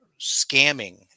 scamming